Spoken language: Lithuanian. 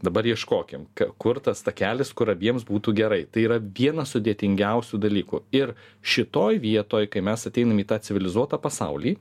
dabar ieškokim kur tas takelis kur abiems būtų gerai tai yra vienas sudėtingiausių dalykų ir šitoj vietoj kai mes ateinam į tą civilizuotą pasaulį